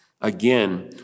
again